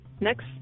Next